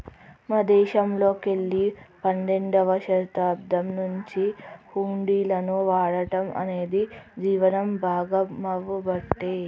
మన దేశంలోకెల్లి పన్నెండవ శతాబ్దం నుంచే హుండీలను వాడటం అనేది జీవనం భాగామవ్వబట్టే